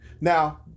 Now